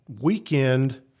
weekend